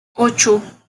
ocho